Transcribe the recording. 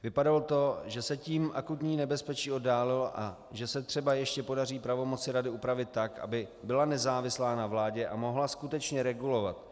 Vypadalo to, že se tím akutní nebezpečí oddálilo a že se třeba ještě podaří pravomoci rady upravit tak, aby byla nezávislá na vládě a mohla skutečně regulovat.